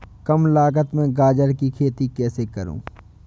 कम लागत में गाजर की खेती कैसे करूँ?